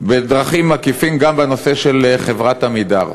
בדרכים עקיפות גם בנושא של חברת "עמידר".